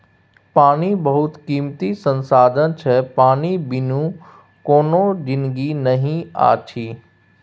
पानि बहुत कीमती संसाधन छै पानि बिनु कोनो जिनगी नहि अछि